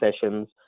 sessions